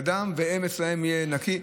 על ידם, והם, אצלם יהיה נקי.